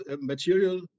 material